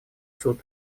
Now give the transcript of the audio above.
суд